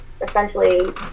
essentially